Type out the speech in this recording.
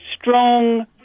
strong